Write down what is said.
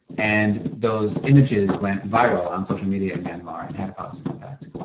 and those images went viral on social media in myanmar and had a positive impact.